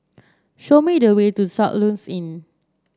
show me the way to Soluxe Inn